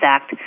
Act